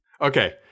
Okay